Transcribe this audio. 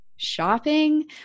shopping